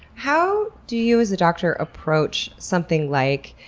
how do you, as a doctor, approach something like,